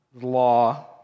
law